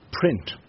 print